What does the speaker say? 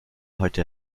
heute